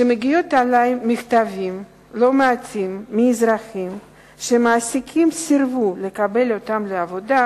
שמגיעים אלי מכתבים לא מעטים מאזרחים שמעסיקים סירבו לקבל אותם לעבודה,